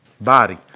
body